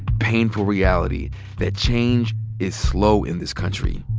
painful reality that change is slow in this country.